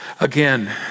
Again